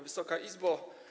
Wysoka Izbo!